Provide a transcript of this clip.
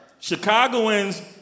Chicagoans